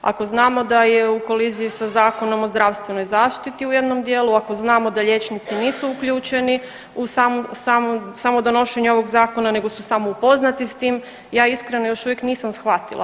Ako znamo da je u koliziji sa Zakonom o zdravstvenoj zaštiti u jednom dijelu, ako znamo da liječnici nisu uključeni u samo donošenje ovog zakona nego su samo upoznati s tim, ja iskreno još uvijek nisam shvatila.